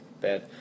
bad